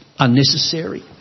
Unnecessary